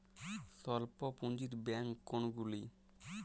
স্বল্প পুজিঁর ব্যাঙ্ক কোনগুলি?